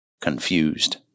Confused